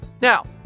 Now